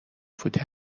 فوتی